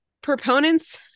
Proponents